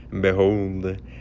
Behold